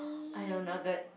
I know nugget